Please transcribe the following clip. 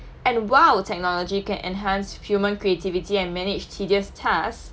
and while the technology can enhance human creativity and manage tedious task